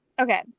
Okay